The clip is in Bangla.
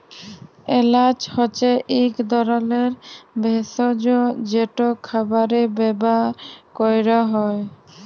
এল্যাচ হছে ইক ধরলের ভেসজ যেট খাবারে ব্যাভার ক্যরা হ্যয়